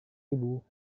ibu